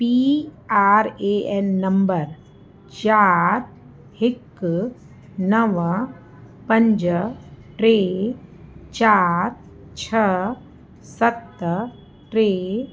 P R A N number चारि हिकु नव पंज टे चारि छह सत टे